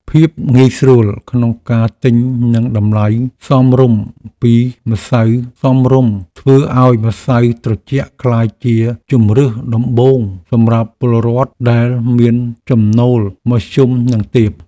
ភាពងាយស្រួលក្នុងការទិញនិងតម្លៃសមរម្យធ្វើឱ្យម្សៅត្រជាក់ក្លាយជាជម្រើសដំបូងសម្រាប់ពលរដ្ឋដែលមានចំណូលមធ្យមនិងទាប។